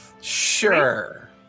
Sure